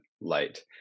light